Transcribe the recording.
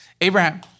Abraham